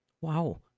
Wow